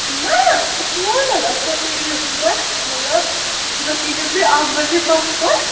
نہَ یہِ چھُ نارمَل آسان تُہۍ یِیِو صُبحَس مطلب صُبحَس یِیٖزیو تُہۍ اَکھ بَجے پَتھ کُن